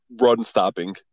run-stopping